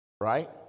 right